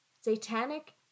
satanic